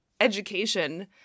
education